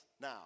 Now